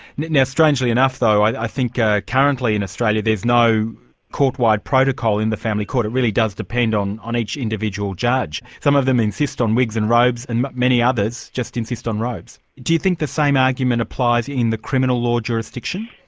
now strangely enough though, i think currently in australia there's no court-wide protocol in the family court, it really does depend on on each individual judge. some of them insist on wigs and robes and many others just insist on robes. do you think the same argument applies in the criminal law jurisdiction?